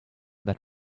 that